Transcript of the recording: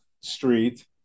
Street